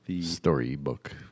storybook